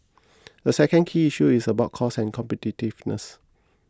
a second key issue is about cost and competitiveness